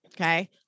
okay